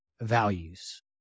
values